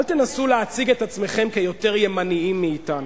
אל תנסו להציג את עצמכם כיותר ימנים מאתנו,